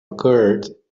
occurred